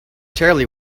terribly